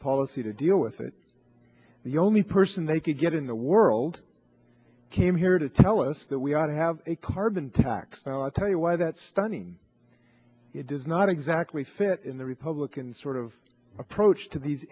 a policy to deal with it the only person they could get in the world came here to tell us that we ought to have a carbon tax i tell you why that stunning it does not exactly fit in the republican sort of approach to these